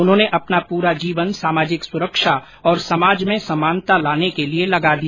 उन्होंने अपना पूरा जीवन सामाजिक सुरक्षा और समाज में समानता लाने के लिए लगा दिया